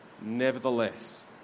Nevertheless